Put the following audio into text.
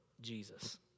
Jesus